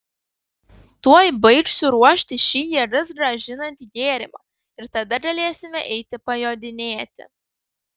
tuoj baigsiu ruošti šį jėgas grąžinantį gėrimą ir tada galėsime eiti pajodinėti